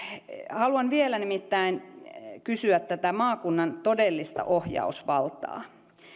haluan vielä kysyä maakunnan todellisesta ohjausvallasta